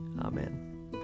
amen